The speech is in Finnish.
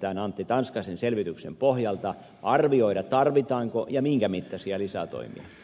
tämän antti tanskasen selvityksen pohjalta arvioida tarvitaanko ja minkä mittaisia lisätoimia